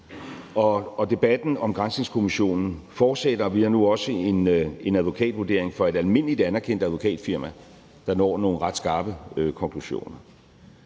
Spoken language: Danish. Debatten om granskningskommissionen fortsætter, og vi har nu også en advokatvurdering fra et almindeligt anerkendt advokatfirma, der når nogle ret skarpe konklusioner.